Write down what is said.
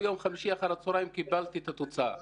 ביום חמישי אחר הצהריים קיבלתי את התוצאה.